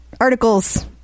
articles